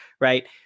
right